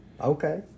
okay